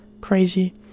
Crazy